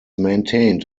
maintained